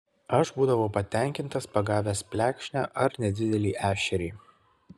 aš būdavau patenkintas pagavęs plekšnę ar nedidelį ešerį